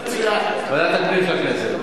אני מציע, ועדת הפנים של הכנסת.